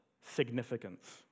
significance